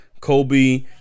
Kobe